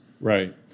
Right